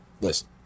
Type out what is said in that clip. listen